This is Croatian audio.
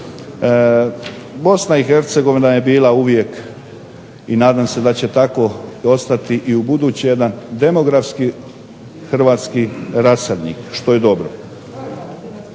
Bosna i Hercegovina je bila uvijek i nadam se da će tako ostati buduće demografski rasadnik što je dobro.